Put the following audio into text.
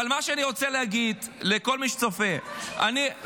אבל מה שאני רוצה להגיד לכל מי שצופה --- הוא לא מקשיב לך בכלל.